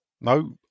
No